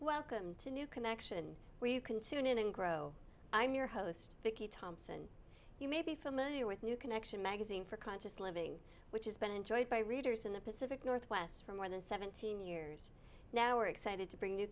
welcome to new connection where you can tune in and grow i'm your host vicky thompson you may be familiar with new connection magazine for conscious living which has been enjoyed by readers in the pacific northwest for more than seventeen years now are excited to bring new